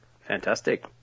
Fantastic